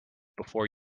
before